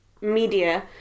media